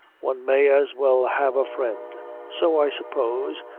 one may as well have a friend so i suppose,